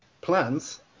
plans